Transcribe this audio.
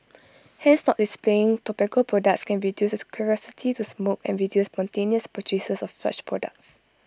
hence not displaying tobacco products can reduce the curiosity to smoke and reduce spontaneous purchases of such products